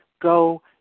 Go